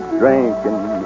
drinking